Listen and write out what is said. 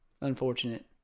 unfortunate